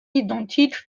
identiques